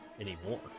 anymore